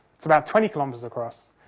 it's about twenty kilometres across.